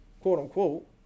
quote-unquote